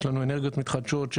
יש לנו אנרגיות מתחדשות,